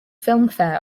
filmfare